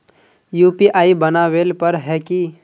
UPI बनावेल पर है की?